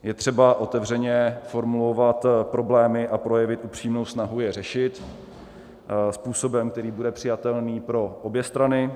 Je třeba otevřeně formulovat problémy a projevy, upřímnou snahu je řešit způsobem, který bude přijatelný pro obě strany.